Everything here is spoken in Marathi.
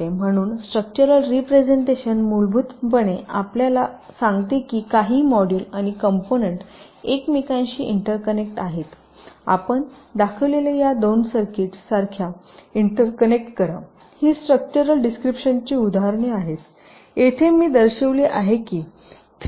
म्हणून स्ट्रक्चरल रीप्रेझेन्टटेंशन मूलभूतपणे आपल्याला सांगते की काही मॉड्यूल आणि कॉम्पोनन्ट एकमेकांशी इंटरकनेक्ट आहेत आपण दाखविलेल्या या 2 सर्किट्स सारख्या इंटरकनेक्ट करा ही स्ट्रक्चरल डिस्क्रिपशनची उदाहरणे आहेत येथे मी दर्शविले आहे की